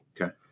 Okay